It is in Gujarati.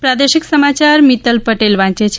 પ્રાદેશિક સમાયાર મિત્તલ પટેલ વાંચે છે